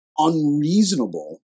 unreasonable